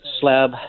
slab